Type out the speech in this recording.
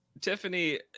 Tiffany